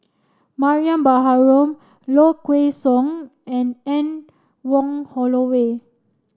Mariam Baharom Low Kway Song and Anne Wong Holloway